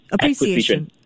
Appreciation